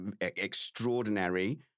extraordinary